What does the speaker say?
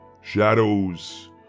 Shadows